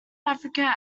africa